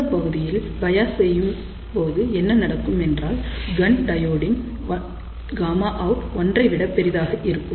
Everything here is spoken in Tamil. இந்தப் பகுதியில் பயாஸ் செய்யும்போது என்ன நடக்கும் என்றால் கண் டையோடின் Γout ஒன்றை விட பெரிதாக இருக்கும்